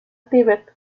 tíbet